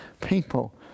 people